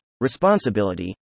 Responsibility